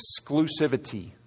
exclusivity